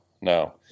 no